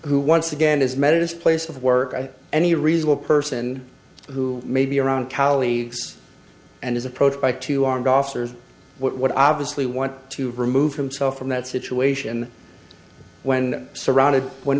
who once again is methodist place of work and any reasonable person who may be around colleagues and is approached by two armed officers what i obviously want to remove himself from that situation when surrounded when